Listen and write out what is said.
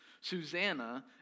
Susanna